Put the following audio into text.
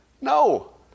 No